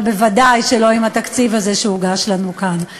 אבל ודאי שלא עם התקציב הזה שהוגש לנו כאן.